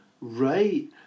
Right